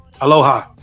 Aloha